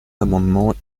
amendements